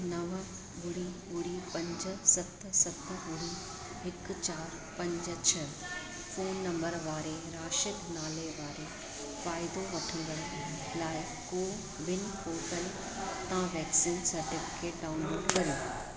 नव ॿुड़ी ॿुड़ी पंज सत सत ॿुड़ी हिकु चारि पंज छह फोन नंबर वारे राशिद नाले वारे फ़ाइदो वठंदड़ लाइ कोविन पोर्टल खां वैक्सीन सटिफिकेट डाउनलोड कयो